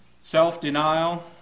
Self-denial